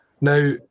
Now